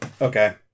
Okay